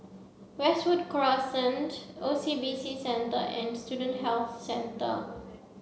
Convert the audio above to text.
Westwood Crescent O C B C Centre and Student Health Centre